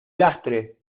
lastre